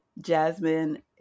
Jasmine